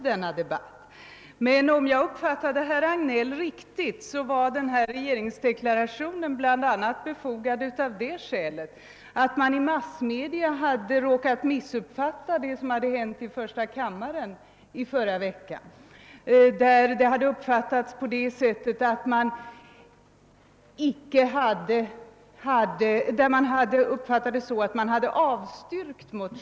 Men uppfattade jag herr Hagnell riktigt var regeringsdeklarationen befogad bl.a. därav att man i massmedia hade råkat missuppfatta vad som hände i första kammaren i förra veckan och framställt det hela som om motionen hade avstyrkts.